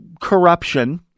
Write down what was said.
corruption